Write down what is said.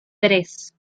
tres